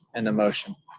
and motion.